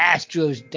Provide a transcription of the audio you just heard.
Astros